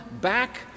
back